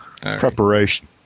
preparation